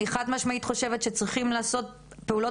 אני חד משמעית חושבת שצריכים לעשות פעולות